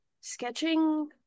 sketching